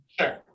Sure